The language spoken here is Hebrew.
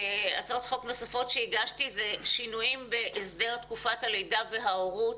הצעות חוק נוספות שהגשתי הם שינויים בהסדר תקופת הלידה וההורות,